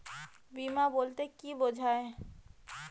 বিমা বলতে কি বোঝায়?